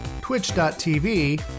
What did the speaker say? twitch.tv